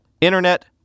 internet